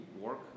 work